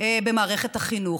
במערכת החינוך.